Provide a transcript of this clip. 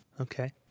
Okay